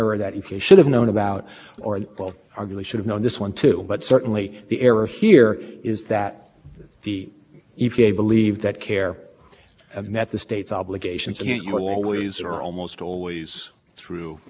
say it was an error at the time even though it's based on something that happened subsequently not not always you know your honor because i mean i suppose in theory but you know more often k five a situation where and five comes up in another such a number of